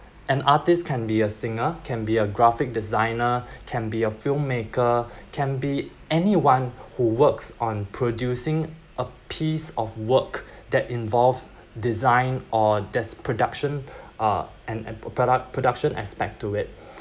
and artists can be a singer can be a graphic designer can be a filmmaker can be anyone who works on producing a piece of work that involves design or does production uh and produc~ produc~ production aspect to it